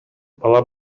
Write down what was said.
бала